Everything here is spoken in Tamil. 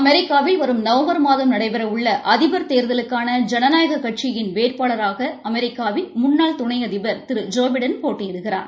அமெரிக்னவில் வரும் நவம்பர் மாதம் நடைபெறவுள்ள அதிபர் தேர்தலுக்னன ஜனநாயகக் கட்சியின் வேட்பாளராக அமெரிக்காவின் முன்னாள் துணை அதிபர் திரு ஜோ பிட்டன் போட்டியிடுகிறார்